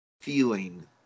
feeling